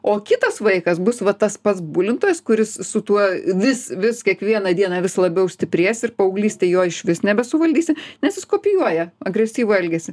o kitas vaikas bus va tas pats bulintojas kuris su tuo vis vis kiekvieną dieną vis labiau stiprės ir paauglystėj jo išvis nebesuvaldysi nes jis kopijuoja agresyvų elgesį